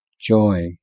joy